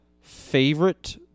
favorite